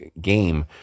game